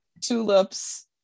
tulips